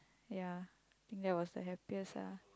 ya think that was the happiest ah